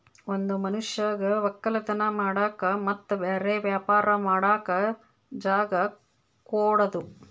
ಒಂದ್ ಮನಷ್ಯಗ್ ವಕ್ಕಲತನ್ ಮಾಡಕ್ ಮತ್ತ್ ಬ್ಯಾರೆ ವ್ಯಾಪಾರ ಮಾಡಕ್ ಜಾಗ ಕೊಡದು